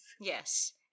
Yes